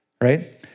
right